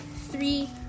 three